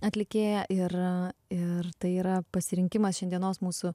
atlikėja ir ir tai yra pasirinkimas šiandienos mūsų